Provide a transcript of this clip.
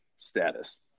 status